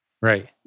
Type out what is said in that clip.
Right